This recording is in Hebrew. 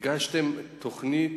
הגשתם תוכנית